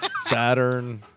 Saturn